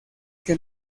que